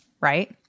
right